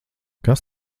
kas